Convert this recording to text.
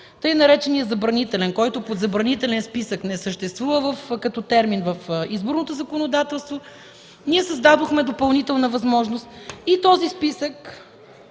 тъй наречения „забранителен”, който под забранителен списък не съществува като термин в изборното законодателство, ние създадохме допълнителна възможност и този списък